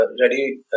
ready